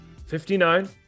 59